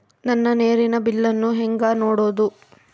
ನನ್ನ ನೇರಿನ ಬಿಲ್ಲನ್ನು ಹೆಂಗ ನೋಡದು?